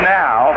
now